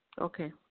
Okay